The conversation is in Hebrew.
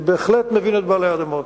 אני בהחלט מבין את בעלי האדמות.